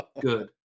good